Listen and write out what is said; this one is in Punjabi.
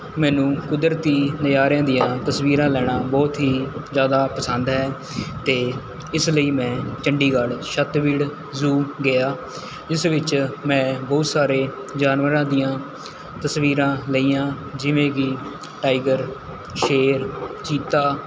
ਮੈਨੂੰ ਕੁਦਰਤੀ ਨਜ਼ਾਰਿਆਂ ਦੀਆਂ ਤਸਵੀਰਾਂ ਲੈਣਾ ਬਹੁਤ ਹੀ ਜ਼ਿਆਦਾ ਪਸੰਦ ਹੈ ਅਤੇ ਇਸ ਲਈ ਮੈਂ ਚੰਡੀਗੜ੍ਹ ਛੱਤਬੀੜ ਜ਼ੂ ਗਿਆ ਇਸ ਵਿੱਚ ਮੈਂ ਬਹੁਤ ਸਾਰੇ ਜਾਨਵਰਾਂ ਦੀਆਂ ਤਸਵੀਰਾਂ ਲਈਆਂ ਜਿਵੇਂ ਕਿ ਟਾਈਗਰ ਸ਼ੇਰ ਚੀਤਾ